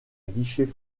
guichets